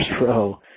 row